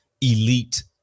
elite